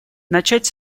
начать